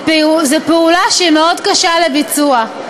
זה פעולה שהיא קשה מאוד לביצוע.